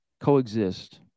coexist